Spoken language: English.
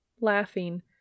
Laughing